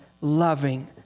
loving